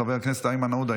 חבר הכנסת איימן עודה,